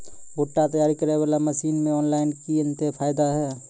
भुट्टा तैयारी करें बाला मसीन मे ऑनलाइन किंग थे फायदा हे?